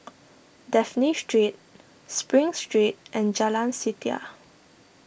Dafne Street Spring Street and Jalan Setia